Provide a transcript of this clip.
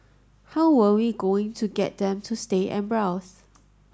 how were we going to get them to stay and browse